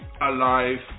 alive